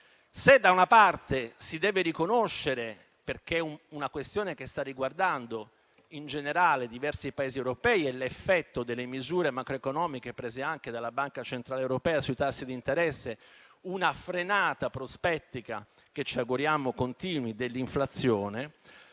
se, da una parte, si deve riconoscere - perché è una questione che sta riguardando in generale diversi Paesi europei e l'effetto delle misure macroeconomiche prese anche dalla Banca centrale europea sui tassi di interesse - una frenata prospettica dell'inflazione,